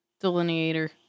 delineator